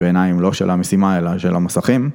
‫בעיניים לא של המשימה, ‫אלא של המסכים...